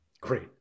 great